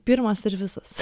pirmas ir visas